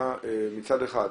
--- מצד אחד,